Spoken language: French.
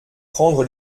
prendre